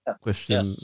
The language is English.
question